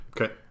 okay